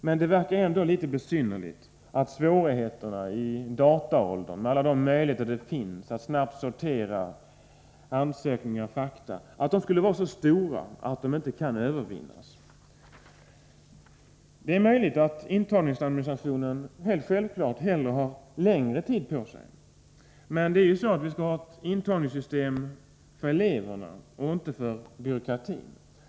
Men det synes ändå litet besynnerligt att svårigheterna i dag, i dataåldern, då det finns så många möjligheter att snabbt sortera ansökningar och fakta, skulle vara så stora att de inte kan övervinnas. Det är möjligt att man på administrationssidan vill ha längre tid till förfogande. Men intagningssystemet är till för eleverna och inte för byråkratin.